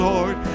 Lord